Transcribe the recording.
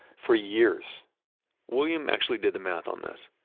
for years william actually did the math on this.